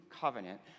covenant